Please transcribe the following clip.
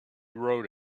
wrote